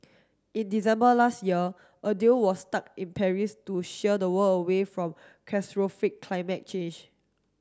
in December last year a deal was stuck in Paris to the world away from catastrophic climate change